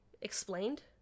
explained